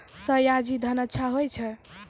सयाजी धान अच्छा होय छै?